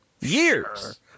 Years